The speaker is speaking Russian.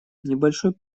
небольшой